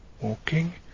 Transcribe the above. Walking